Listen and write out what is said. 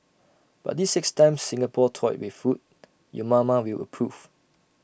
but these six times Singapore toyed with food your mama will approve